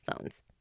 phones